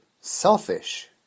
selfish